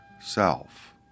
self